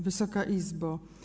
Wysoka Izbo!